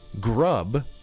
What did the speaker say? Grub